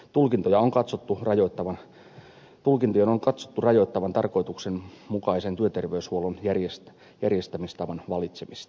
tulkintojen on katsottu rajoittavan tarkoituksenmukaisen työterveyshuollon järjestämistavan valitsemista